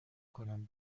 کنم